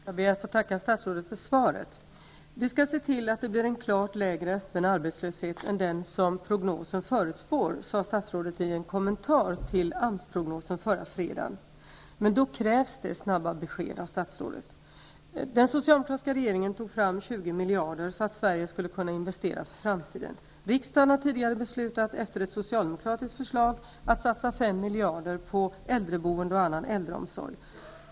Herr talman! Jag ber att få tacka statsrådet för svaret. Vi skall se till att det blir en klart lägre öppen arbetslöshet än vad prognosen förutspår, sade statrådet i en kommentar till AMS-prognosen förra fredagen. Men då krävs det snabba besked av statsrådet! 20 miljarder, så att Sverige skulle kunna investera för framtiden. Riksdagen har tidigare beslutat, efter ett socialdemokratiskt förslag, att satsa 5 miljarder på äldreboende och annan äldreomsorg.